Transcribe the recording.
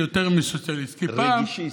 נגישיסט זה יותר מסוציאליסט, כי פעם, רגישיסט.